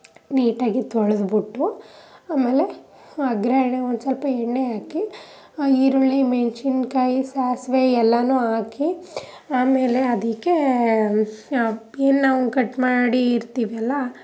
ನೀಟಾಗಿ ತೊಳೆದ್ಬಿಟ್ಟು ಆಮೇಲೆ ಅಗ್ರಣೆ ಒಂದು ಸ್ವಲ್ಪ ಎಣ್ಣೆ ಹಾಕಿ ಈರುಳ್ಳಿ ಮೆಣಸಿನ್ಕಾಯಿ ಸಾಸಿವೆ ಎಲ್ಲನೂ ಹಾಕಿ ಆಮೇಲೆ ಅದಕ್ಕೆ ಏನು ನಾವು ಕಟ್ ಮಾಡಿ ಇರ್ತೀವಲ್ಲ